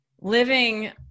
living